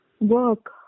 work